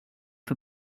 för